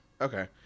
okay